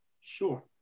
sure